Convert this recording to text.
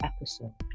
episode